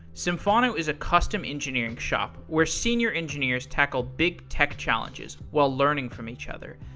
symphono is a custom engineering shop where senior engineers tackle big tech challenges while learning from each other.